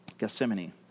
Gethsemane